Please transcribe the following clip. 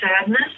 sadness